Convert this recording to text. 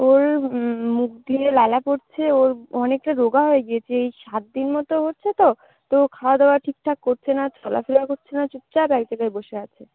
ওর মুখ দিয়ে লালা পড়ছে ওর অনেকটা রোগা হয়ে গিয়েছে এই সাত দিন মতো হচ্ছে তো তো খাওয়া দাওয়া ঠিকঠাক করছে না চলাফেরা করছে না চুপচাপ এক জায়গায় বসে আছে